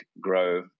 grow